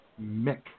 Mick